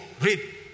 Read